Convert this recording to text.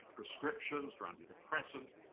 prescriptions for antidepressants.